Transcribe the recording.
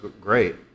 great